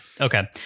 okay